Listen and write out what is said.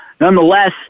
Nonetheless